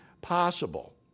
possible